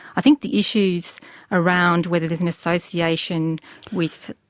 i think the issues around whether there's an association with,